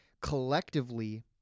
collectively